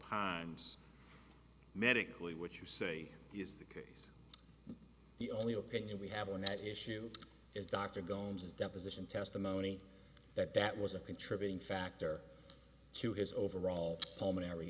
opines medically what you say is the case the only opinion we have on that issue is dr gomez's deposition testimony that that was a contributing factor to his overall pulmonary